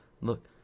Look